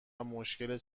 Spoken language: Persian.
مشکل